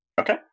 Okay